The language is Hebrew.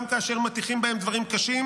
גם כאשר מטיחים בהם דברים קשים,